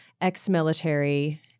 ex-military